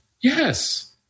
Yes